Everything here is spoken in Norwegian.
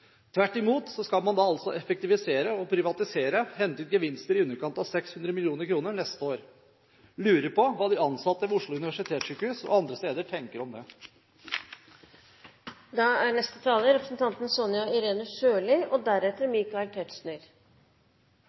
Tvert imot skal man altså effektivisere, privatisere og hente ut gevinster til i underkant av 600 mill. kr neste år. Jeg lurer på hva de ansatte ved Oslo universitetssykehus og andre steder tenker om det. Det er tydelig at representanten Breen synes de har en dårlig sak siden han avsporer og